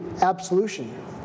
absolution